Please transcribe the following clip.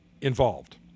involved